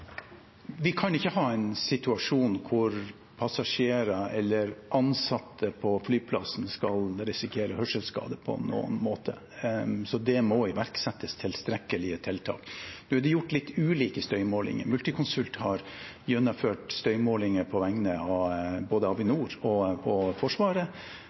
Vi kan ikke ha en situasjon der passasjerer eller ansatte på flyplassen skal risikere hørselskade på noen måte, så det må iverksettes tilstrekkelige tiltak. Det er gjort litt ulike støymålinger. Multiconsult har gjennomført støymålinger på vegne av både Avinor og Forsvaret.